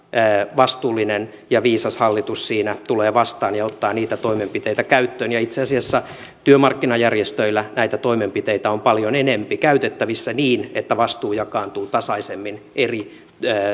vastuullinen ja viisas hallitus siinä tulee vastaan ja ottaa niitä toimenpiteitä käyttöön ja itse asiassa työmarkkinajärjestöillä näitä toimenpiteitä on paljon enempi käytettävissä niin että vastuu jakaantuu tasaisemmin eri